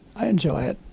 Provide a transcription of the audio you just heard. i enjoy it.